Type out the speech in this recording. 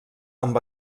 amb